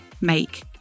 make